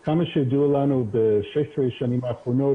ועד כמה שידוע לנו ב-16 השנים האחרונות